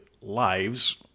lives